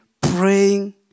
praying